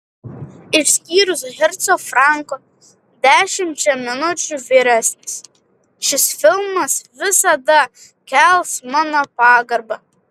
išskyrus herco franko dešimčia minučių vyresnis šis filmas visada kels mano pagarbą